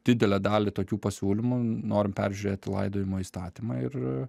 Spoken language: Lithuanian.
didelę dalį tokių pasiūlymų norim peržiūrėti laidojimo įstatymą ir